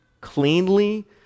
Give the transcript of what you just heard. cleanly